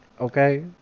okay